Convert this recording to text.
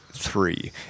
Three